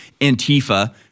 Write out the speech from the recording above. Antifa